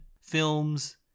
films